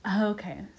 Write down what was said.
Okay